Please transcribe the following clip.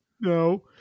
No